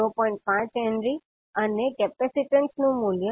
5 henry અને capacitance C નું મૂલ્ય 0